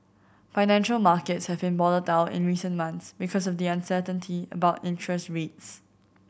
financial markets have been volatile in recent months because of the uncertainty about interest rates